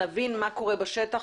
נבין מה קורה בשטח